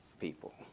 people